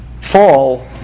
fall